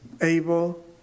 able